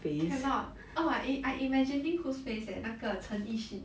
cannot oh I i~ I imagining whose face eh 那个 chen yi xun